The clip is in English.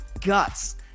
guts